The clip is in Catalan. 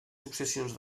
successions